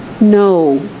no